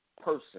person